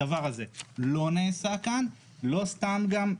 הדבר הזה לא נעשה כאן, גם לא סתם.